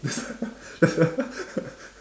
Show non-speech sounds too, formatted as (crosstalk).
(laughs)